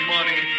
Money